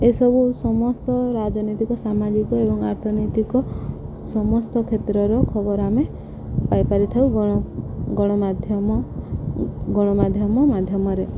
ଏସବୁ ସମସ୍ତ ରାଜନୈତିକ ସାମାଜିକ ଏବଂ ଆର୍ଥନୈତିକ ସମସ୍ତ କ୍ଷେତ୍ରର ଖବର ଆମେ ପାଇପାରିଥାଉ ଗଣ ଗଣମାଧ୍ୟମ ଗଣମାଧ୍ୟମ ମାଧ୍ୟମରେ